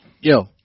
Yo